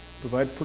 Provide